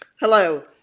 Hello